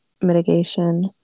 mitigation